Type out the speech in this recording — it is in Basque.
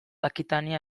akitania